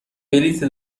بلیت